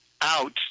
out